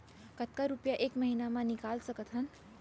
कतका रुपिया एक महीना म निकाल सकथन?